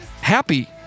happy